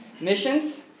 Missions